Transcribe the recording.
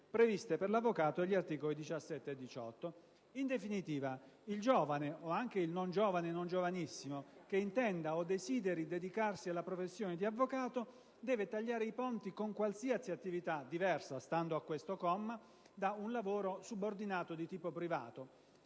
previste per l'avvocato dagli articoli 17 e 18». In definitiva, stando a questo comma, il giovane - o anche il non giovane o giovanissimo - che intenda o desideri dedicarsi alla professione di avvocato deve tagliare i ponti con qualsiasi attività diversa da un lavoro subordinato di tipo privato.